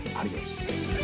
adios